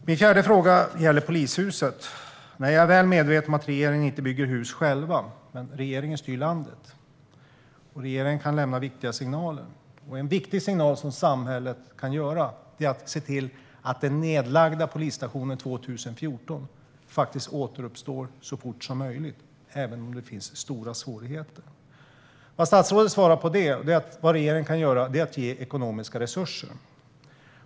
Min fjärde fråga gäller polishuset. Jag är väl medveten om att regeringen inte bygger hus själv. Men regeringen styr landet, och regeringen kan ge viktiga signaler. En viktig signal som samhället kan ge är att se till att den polisstation som lades ned 2014 återuppstår så fort som möjligt, även om det finns stora svårigheter. Statsrådet svarar att vad regeringen kan göra är att ge ekonomiska resurser.